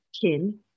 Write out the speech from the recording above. kin